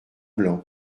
blanc